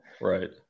right